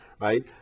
right